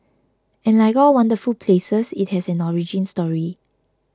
and like all wonderful places it has an origin story